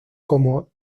como